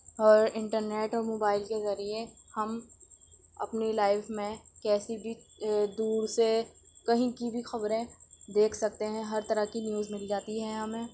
اور انٹرنیٹ اور موبائل کے ذریعہ ہم اپنی لائف میں کیسی بھی دور سے کہیں کی بھی خبریں دیکھ سکتے ہیں ہر طرح کی نیوز مل جاتی ہے ہمیں